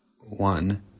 one